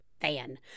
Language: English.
fan